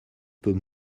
peut